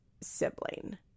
sibling